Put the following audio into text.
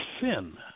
sin